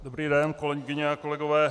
Dobrý den, kolegyně a kolegové.